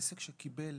עסק שקיבל